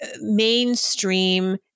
mainstream